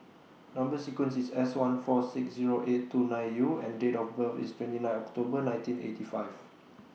Number sequence IS S one four six Zero eight two nine U and Date of birth IS twenty nine October nineteen eighty five